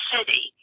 City